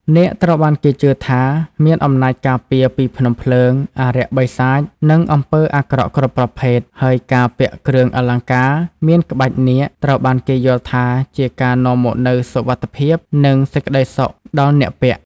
នាគត្រូវបានគេជឿថាមានអំណាចការពារពីភ្នំភ្លើង អារក្សបិសាច និងអំពើអាក្រក់គ្រប់ប្រភេទ ហើយការពាក់គ្រឿងអលង្ការមានក្បាច់នាគ ត្រូវបានគេយល់ថាជាការនាំមកនូវ សុវត្ថិភាព និង សេចក្តីសុខ ដល់អ្នកពាក់។